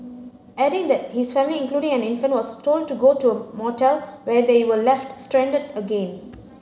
adding that his family including an infant was told to go to a motel where they were left stranded again